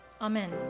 Amen